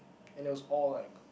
and there was all like